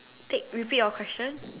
take repeat your question